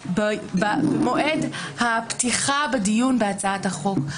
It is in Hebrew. במועד הפתיחה בדיון בהצעת החוק,